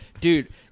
Dude